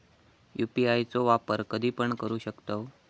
UPI चो वापर कधीपण करू शकतव?